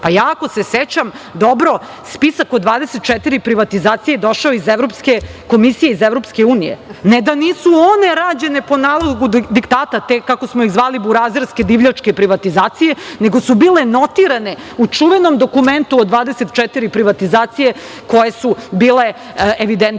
ako se sećam dobro spisak od 24 privatizacije je došao iz Evropske komisije iz Evropske unije, ne da nisu one rađene po nalogu diktata te, kako smo ih zvali, burazerske divljačke privatizacije, nego su bile notirane u čuvenom dokumentu od 24 privatizacije koje su bile evidentirane